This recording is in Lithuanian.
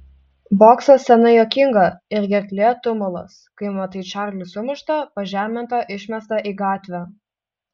bokso scena juokinga o gerklėje tumulas kai matai čarlį sumuštą pažemintą išmestą į gatvę